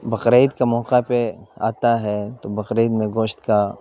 بقرعید کے موقع پہ آتا ہے تو بقرعید میں گوشت کا